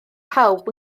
pawb